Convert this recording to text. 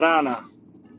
brána